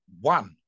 one